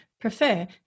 prefer